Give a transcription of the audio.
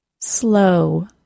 Slow